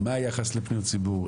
מה היחס לפניות ציבור,